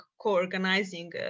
co-organizing